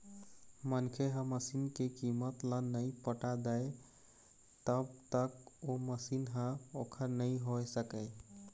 मनखे ह मसीन के कीमत ल नइ पटा दय तब तक ओ मशीन ह ओखर नइ होय सकय